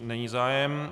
Není zájem.